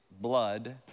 blood